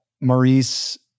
Maurice